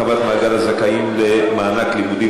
(הרחבת מעגל הזכאים למענק לימודים),